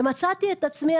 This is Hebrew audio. מצאתי את עצמי,